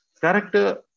character